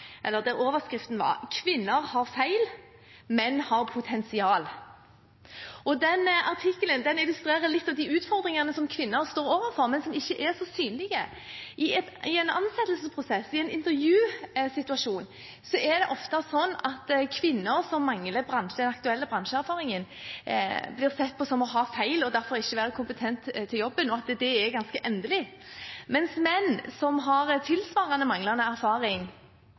har feil, menn har potensial». Den artikkelen illustrerer litt av de utfordringene som kvinner står overfor, men som ikke er så synlige. I en ansettelsesprosess og i en intervjusituasjon er det ofte slik at kvinner som mangler den aktuelle bransjeerfaringen, blir sett på som å ha feil og derfor ikke være kompetent til jobben, og at det er ganske endelig, mens menn som har tilsvarende manglende erfaring,